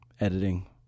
editing